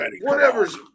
Whatever's